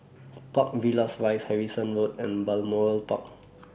Park Villas Rise Harrison Road and Balmoral Park